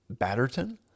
Batterton